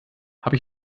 habe